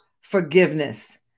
forgiveness